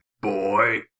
Boy